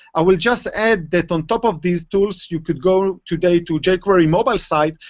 i will just add that on top of these tools, you could go today to jquery mobile site,